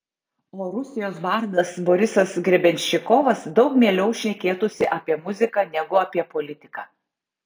o rusijos bardas borisas grebenščikovas daug mieliau šnekėtųsi apie muziką negu apie politiką